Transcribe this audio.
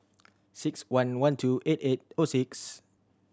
six one one two eight eight O six